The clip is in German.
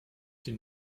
den